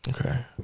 Okay